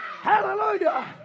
hallelujah